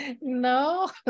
No